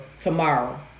tomorrow